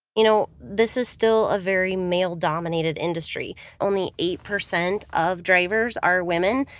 you know, this is still a very male dominated industry. only eight percent of drivers are women,